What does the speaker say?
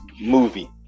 movie